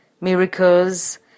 miracles